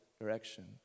direction